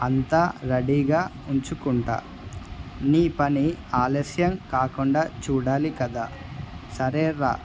అంతా రెడీగా ఉంచుకుంటా నీ పని ఆలస్యం కాకుండా చూడాలి కదా సరేరా